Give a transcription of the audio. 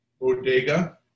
bodega